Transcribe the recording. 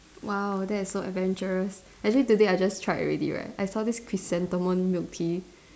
!wow! that is so adventurous actually today I just tried already right I saw this chrysanthemum milk tea